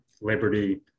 liberty